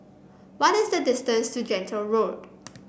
what is the distance to Gentle Road